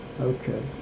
Okay